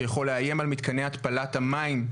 שיכול לאיים על מתקני התפלת המים,